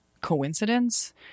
coincidence